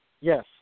Yes